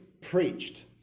preached